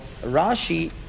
Rashi